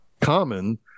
common